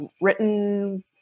Written